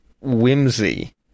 whimsy